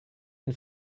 den